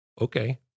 okay